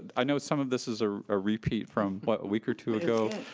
i know some of this is ah a repeat from but a week or two ago.